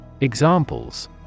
Examples